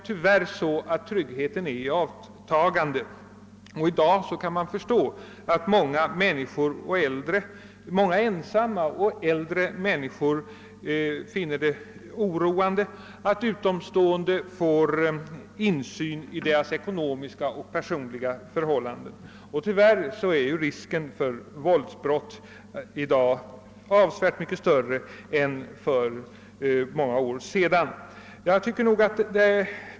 Tyvärr är tryggheten i avtagande, och i dag kan man förstå att många ensamma och äldre människor finner det oroande, att utomstående får insyn i deras ekonomiska och personliga förhållanden. Tyvärr är risken för våldsbrott i dag avsevärt större än för många år sedan.